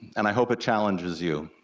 and i hope it challenges you.